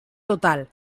total